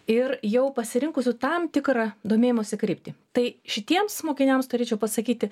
ir jau pasirinkusių tam tikrą domėjimosi kryptį tai šitiems mokiniams turėčiau pasakyti